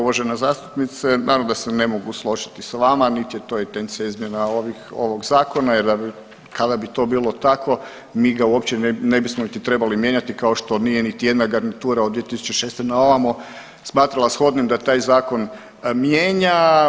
Uvažena zastupnice, naravno da se ne mogu složiti s vama, niti je to intencija izmjena ovih, ovog zakona jer da bi, kada bi to bilo tako mi ga uopće ne bismo niti trebali mijenjati kao što nije niti jedna garnitura od 2006. na ovamo smatrala shodnim da taj zakon mijenja.